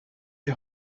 die